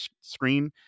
screen